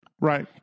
Right